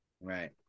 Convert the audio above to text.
right